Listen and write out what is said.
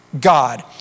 God